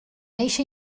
eixe